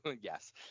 yes